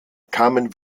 kamen